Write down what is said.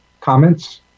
comments